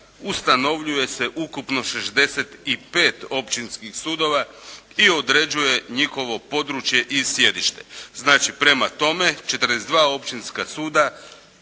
ustanovljuje se ukupno 65 Općinskih sudova i određuje njihovo područje i sjedište. Znači, prema tome 42 Općinska suda